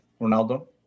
Ronaldo